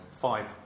five